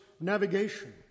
navigation